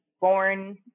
born